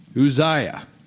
Uzziah